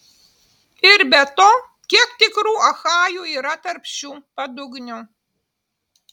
ir be to kiek tikrų achajų yra tarp šių padugnių